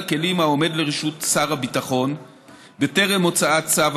הכלים העומד לרשות שר הביטחון בטרם הוצאת צו